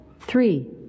Three